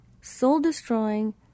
soul-destroying